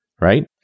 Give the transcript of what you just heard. right